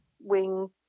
wing